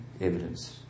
Evidence